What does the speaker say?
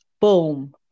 boom